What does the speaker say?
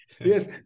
Yes